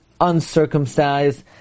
uncircumcised